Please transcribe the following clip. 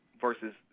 versus